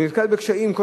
והוא נתקל בקשיים,